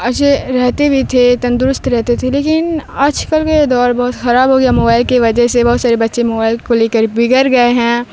اچھے رہتے بھی تھے تندرست رہتے تھے لیکن آج کل کے دور بہت خراب ہو گیا موائل کی وجہ سے بہت سارے بچے موائل کو لے کر بگڑ گئے ہیں